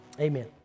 Amen